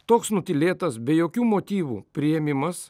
toks nutylėtas be jokių motyvų priėmimas